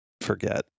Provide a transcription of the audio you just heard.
forget